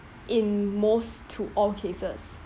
in most to all cases